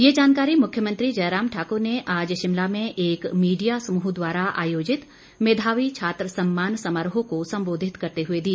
ये जानकारी मुख्यमंत्री जयराम ठाकुर ने आज शिमला में एक मीडिया समूह द्वारा आयोजित मेधावी छात्र सम्मान समारोह को संबोधित करते हुए दी